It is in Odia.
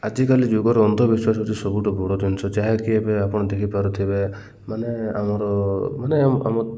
ଆଜିକାଲି ଯୁଗର ଅନ୍ଧବିଶ୍ୱାସ ହଉଛି ସବୁଠୁ ବଡ଼ ଜିନିଷ ଯାହାକି ଏବେ ଆପଣ ଦେଖିପାରୁଥିବେ ମାନେ ଆମର ମାନେ ଆମ